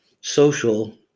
social